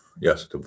Yes